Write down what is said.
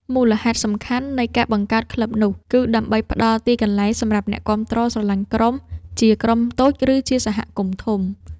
មូលហេតុសំខាន់នៃការបង្កើតក្លឹបនោះ គឺដើម្បីផ្ដល់ទីកន្លែងសម្រាប់អ្នកគាំទ្រស្រលាញ់ក្រុមជាក្រុមតូច ឬជាសហគមន៍ធំ